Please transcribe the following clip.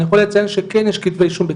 אני יכול לציין שכן יש כתבי אישום בתיקים,